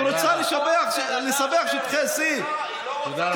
שרוצה לספח את שטחי C. תודה רבה.